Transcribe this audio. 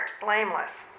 blameless